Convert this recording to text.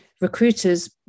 Recruiters